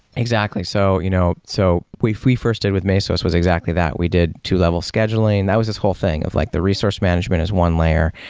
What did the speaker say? exactly. so you know so what we first did with mesos was exactly that. we did two-level scheduling. that was this whole thing of like the resource management is one layer,